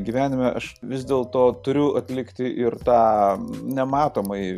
gyvenime aš vis dėl to turiu atlikti ir tą nematomąjį